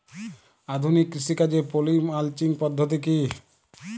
আধুনিক কৃষিকাজে poly mulching পদ্ধতি কি?